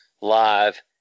live